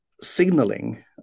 signaling